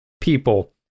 people